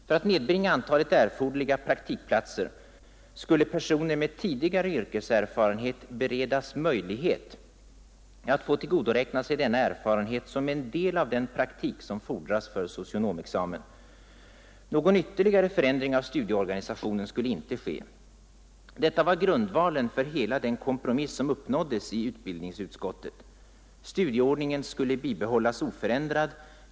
För att nedbringa antalet erforderliga praktikplatser skulle personer med tidigare yrkeserfarenhet beredas möjlighet att tillgodoräkna sig denna erfarenhet som en del av den praktik som fordras för socionomexamen. Någon ytterligare förändring av studieorganisationen skulle inte ske. Detta var grundvalen för hela den kompromiss som uppnåddes i utbildningsut skottet. Studieordningen skulle bibehållas oförändrad.